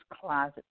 Closet